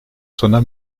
sona